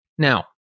Now